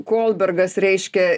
kolbergas reiškia